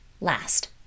Last